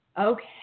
Okay